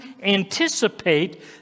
anticipate